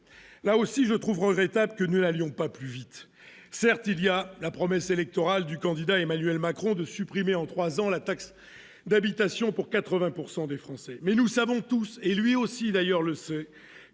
là aussi je trouve regrettable que nous ne l'avions pas plus vite, certes il y a la promesse électorale du candidat Emmanuel Macron de supprimés en 3 ans, la taxe d'habitation pour 80 pourcent des Français, mais nous savons tous, et lui aussi va ailleurs le sait